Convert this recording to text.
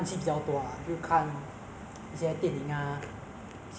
那你你在家是看怎么系呢